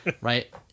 Right